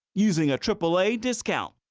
using a triple a discount.